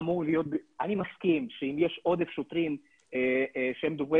אני מסכים שאם יש עודף שוטרים שהם דוברי